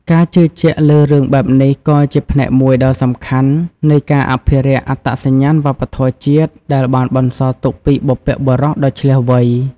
ការជឿជាក់លើរឿងបែបនេះក៏ជាផ្នែកមួយដ៏សំខាន់នៃការអភិរក្សអត្តសញ្ញាណវប្បធម៌ជាតិ ដែលបានបន្សល់ទុកពីបុព្វបុរសដ៏ឈ្លាសវៃ។